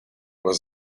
was